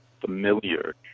familiar